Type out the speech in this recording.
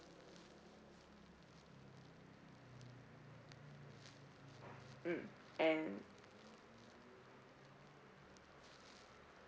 mm and